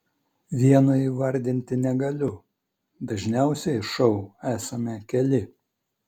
vieno įvardinti negaliu dažniausiai šou esame keli